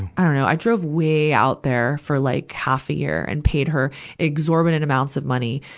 i dunno. i drove way out there for like half a year and paid her exorbitant amounts of money,